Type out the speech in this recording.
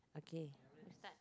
okay you start